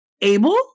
able